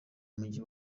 mujyi